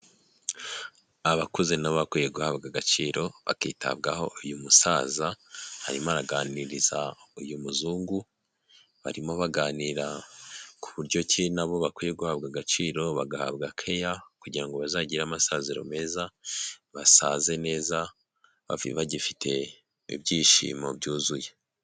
Abakuze nabo bakwiye guhabwa agaciro bakitabwaho, uyu musaza arimo araganiriza uyu muzungu, barimo baganira ku buryo ki nabo bakwiye guhabwa agaciro bagahabwa keya, kugira ngo bazagire amasaziro meza, basaze neza bagifite ibyishimo byuzuye.